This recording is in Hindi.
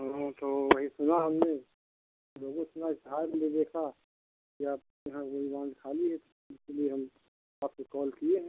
हाँ तो वही सुना हमने मैंने सुना इश्तहार के लिए देखा कि आपके यहाँ खाली है इसलिए हम आपको कॉल किए हैं